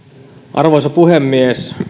arvoisa puhemies